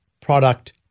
product